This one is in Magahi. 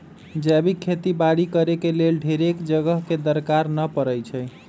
जैविक खेती बाड़ी करेके लेल ढेरेक जगह के दरकार न पड़इ छइ